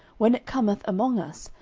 when it cometh among us,